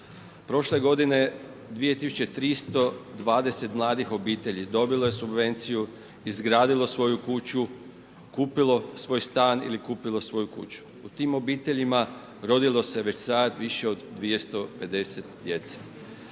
Prošle godine, 2320 mladih obitelji dobilo subvenciju, izgradilo svoju kuću, kupilo svoj stan ili kupilo svoju kuću. Tim obiteljima, rodilo se već sada više od 250 djece.